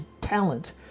talent